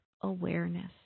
awareness